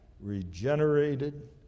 regenerated